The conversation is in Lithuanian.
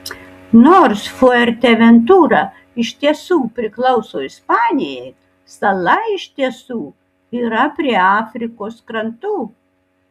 nors fuerteventura iš tiesų priklauso ispanijai sala iš tiesų yra prie afrikos krantų